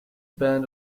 band